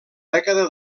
dècada